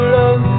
love